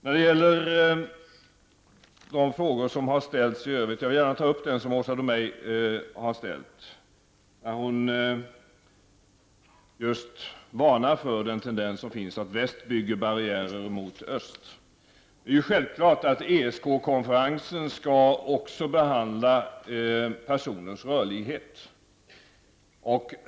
När det gäller de frågor som har ställts i övrigt vill jag gärna ta upp den Åsa Domeij har ställt där hon varnar för den tendens som finns att väst bygger barriärer mot öst. Det är självklart att ESK konferensen också skall behandla personers rörlighet.